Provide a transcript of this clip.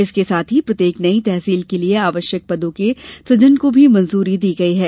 इसके साथ ही प्रत्येक नई तहसील के लिये आवश्यक पदों के सृजन को भी मंजूरी दी गयी है